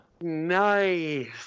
Nice